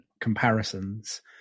comparisons